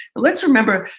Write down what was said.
let's remember,